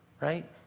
right